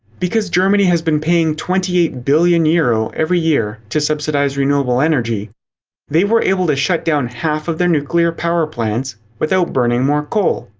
because germany has been paying twenty eight billion euro, every year, to subsidize renewable energy they were able to shut down half of their nuclear power plants without burning more coal.